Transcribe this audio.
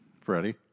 Freddie